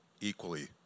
equally